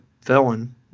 felon